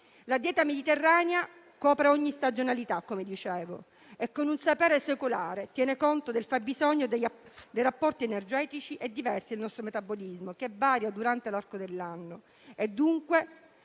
La dieta mediterranea copre ogni stagionalità e, con un sapere secolare, tiene conto del fabbisogno degli apporti energetici diversi del nostro metabolismo, che varia durante dell'anno: